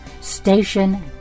station